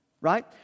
right